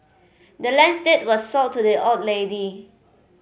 the land's deed was sold to the old lady